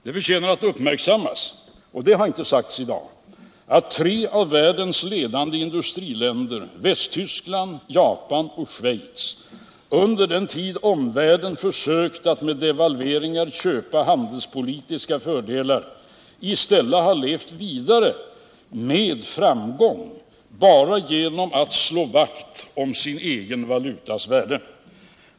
Det förtjänar att uppmärksammas, det har inte gjorts i dag, att tre av världens ledande industriländer — Västtyskland, Japan och Schweiz — under den tid omvärlden försökt att med devalveringar köpa handelspolitiska fördelar, i stället har levt vidare med framgång bara genom att slå vakt om sin egen valutas värde.